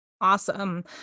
Awesome